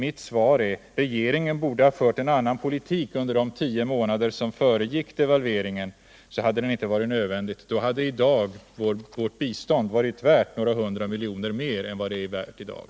Mitt svar är: Regeringen borde ha fört en annan politik under de 10 månader som föregick devalveringen, så hade det inte varit nödvändigt att devalvera. Då hade också vårt bistånd i dag varit värt några hundra miljoner kronor mer än det är i dag.